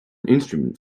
instrument